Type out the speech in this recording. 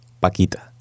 Paquita